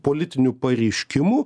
politinių pareiškimų